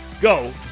go